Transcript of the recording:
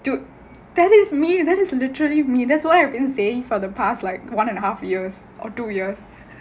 dude that is me that is literally me that's what I have been saying for the like one and a half years or two years